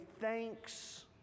thanks